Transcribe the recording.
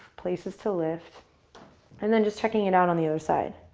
places to lift and then just checking it out on the other side.